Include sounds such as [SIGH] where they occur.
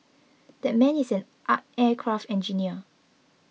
that man is an [HESITATION] aircraft engineer